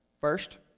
First